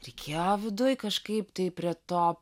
reikėjo viduj kažkaip tai prie to